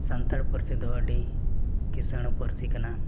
ᱥᱟᱱᱛᱟᱲ ᱯᱟᱹᱨᱥᱤ ᱫᱚ ᱟᱹᱰᱤ ᱠᱤᱥᱟᱹᱬ ᱯᱟᱹᱨᱥᱤ ᱠᱟᱱᱟ